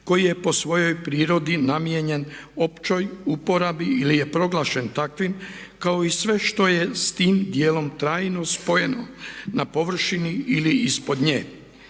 koji je po svojoj prirodi namijenjen općoj uporabi ili je proglašen takvim kao i sve što je s tim dijelom trajno spojeno na površini ili ispod nje.